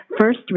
first